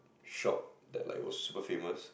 shop that was super famous